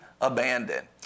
abandoned